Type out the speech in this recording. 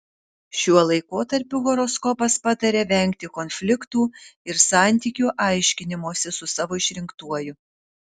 šiuo laikotarpiu horoskopas pataria vengti konfliktų ir santykių aiškinimosi su savo išrinktuoju